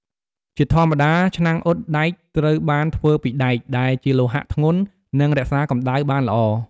ជាធម្មតាឆ្នាំងអ៊ុតដែកត្រូវបានធ្វើពីដែកដែលជាលោហៈធ្ងន់ និងរក្សាកម្ដៅបានល្អ។